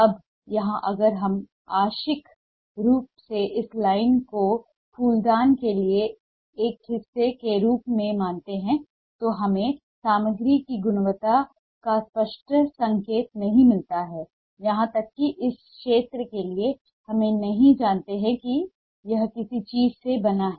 अब यहां अगर हम आंशिक रूप से इस लाइन को फूलदान के एक हिस्से के रूप में मानते हैं तो हमें सामग्री की गुणवत्ता का स्पष्ट संकेत नहीं मिलता है यहां तक कि इस क्षेत्र के लिए हम नहीं जानते कि यह किस चीज से बना है